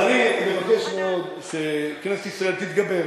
אז אני מבקש מאוד שכנסת ישראל תתגבר.